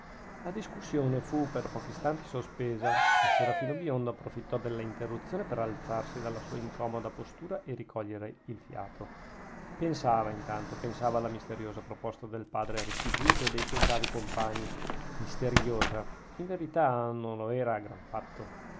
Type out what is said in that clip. la discussione fu per pochi istanti sospesa il serafino biondo approfittò della interruzione per alzarsi dalla sua incomoda postura e ricogliere il fiato pensava intanto pensava alla misteriosa proposta del padre restituto e de suoi bravi compagni misteriosa in verità non lo era gran fatto